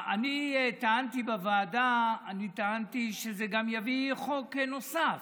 אני טענתי בוועדה שזה גם יביא חוק נוסף.